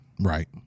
Right